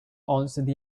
answered